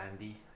Andy